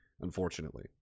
unfortunately